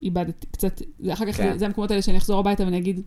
איבדתי קצת, אחר כך זה המקומות האלה שאני אחזור הביתה ואני אגיד.